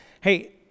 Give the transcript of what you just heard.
hey